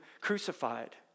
crucified